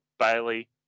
Bailey